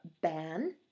Ban